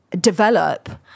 develop